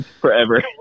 forever